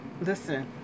listen